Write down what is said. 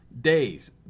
days